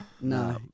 No